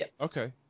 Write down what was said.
Okay